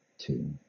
two